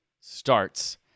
starts